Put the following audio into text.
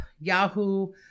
Yahoo